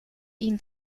ihn